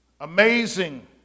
amazing